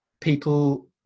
people